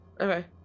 Okay